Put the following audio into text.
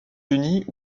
unis